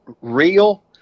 real